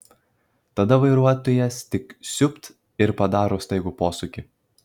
tada vairuotojas tik siūbt ir padaro staigų posūkį